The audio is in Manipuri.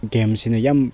ꯒꯦꯝꯁꯤꯅ ꯌꯥꯝ